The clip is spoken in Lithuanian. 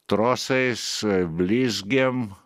trosais blizgėm